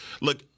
look